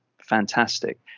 fantastic